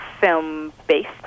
film-based